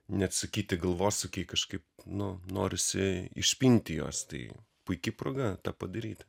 neatsakyti galvosūkiai kažkaip nu norisi išpinti juos tai puiki proga tą padaryti